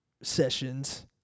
sessions